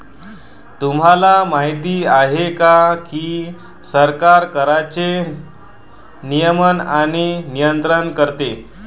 तुम्हाला माहिती आहे का की सरकार कराचे नियमन आणि नियंत्रण करते